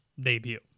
debut